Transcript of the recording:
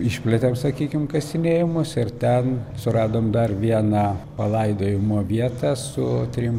išplėtėm sakykim kasinėjimus ir ten suradom dar vieną palaidojimo vietą su trim